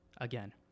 again